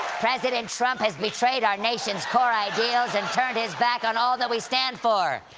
president trump has betrayed our nation's core ideals and turned his back on all that we stand for!